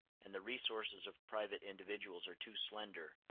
and the resources of private individuals are too slender,